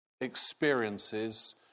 experiences